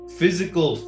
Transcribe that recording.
physical